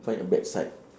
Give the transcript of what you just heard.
fight the bad side